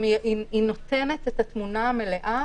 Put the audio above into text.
היא נותנת את התמונה המלאה,